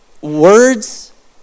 words